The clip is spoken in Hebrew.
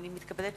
נגד,